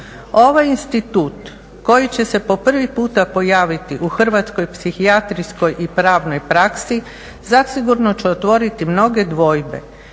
Ovaj institut koji će se po prvi puta pojaviti u hrvatskoj psihijatrijskoj i pravnoj praksi zasigurno će otvoriti mnoge dvojbe